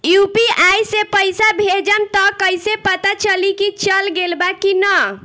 UPI से पइसा भेजम त कइसे पता चलि की चल गेल बा की न?